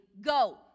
Go